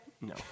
No